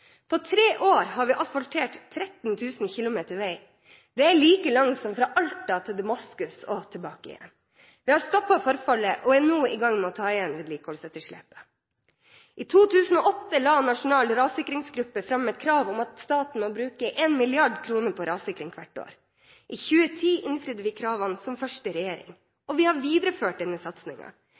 På tre år har vi asfaltert 13 000 km vei, det er like langt som fra Alta til Damaskus og tilbake igjen. Vi har stoppet forfallet og er nå i gang med å ta igjen vedlikeholdsetterslepet. I 2008 la Nasjonal rassikringsgruppe fram et krav om at staten må bruke 1 mrd. kr på rassikring kvart år. I 2010 innfridde vi kravene – som første regjering, og vi har videreført denne